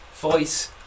Voice